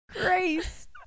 Grace